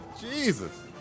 Jesus